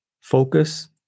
Focus